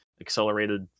accelerated